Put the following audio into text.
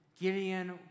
Gideon